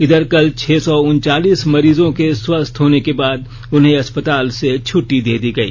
इधर कल छह सौ उनचालीस मरीजों के स्वस्थ होने के बाद इन्हें अस्पताल से छुट्टी दे दी गई